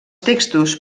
textos